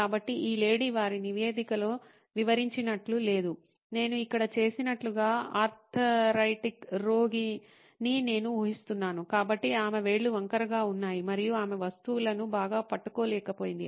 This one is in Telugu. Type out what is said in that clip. కాబట్టి ఈ లేడీ వారి నివేదికలో వివరించినట్లు లేదు నేను ఇక్కడ చేసినట్లుగా ఆర్థరైటిక్ రోగిని నేను ఊహిస్తున్నాను కాబట్టి ఆమె వేళ్లు వంకరగా ఉన్నాయి మరియు ఆమె వస్తువులను బాగా పట్టుకోలేకపోయింది